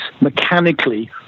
mechanically